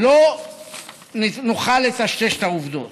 לא נוכל לטשטש את העובדות.